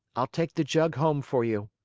i'll take the jug home for you.